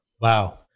Wow